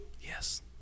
Yes